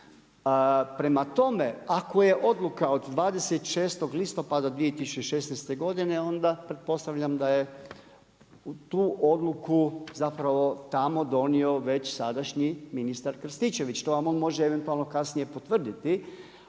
Prema tome, ako je odluka od 26. listopada 2016. godine onda pretpostavljam da je tu odluku tamo donio već sadašnji ministar Krstičević. To vam on može eventualno potvrditi,